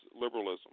liberalism